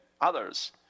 others